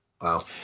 Wow